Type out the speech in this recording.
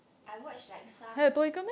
I watch like some